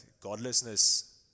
godlessness